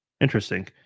Interesting